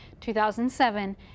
2007